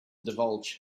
divulge